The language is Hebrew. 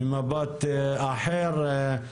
ממבט אחר.